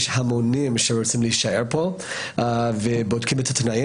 המונים שרוצים להישאר פה ובודקים את התנאים.